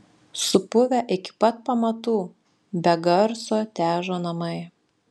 supuvę iki pat pamatų be garso težo namai